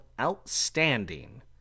Outstanding